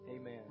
Amen